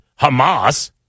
Hamas